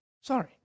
Sorry